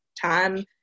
time